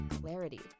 clarity